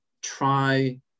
try